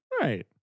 Right